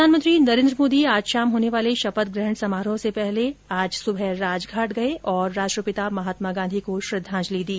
प्रधानमंत्री नरेन्द्र मोदी आज शाम होने वाले शपथ ग्रहण समारोह से पहले आज सुबह राजघाट गए और राष्ट्रपिता महात्मा गांधी को श्रद्वांजलि दी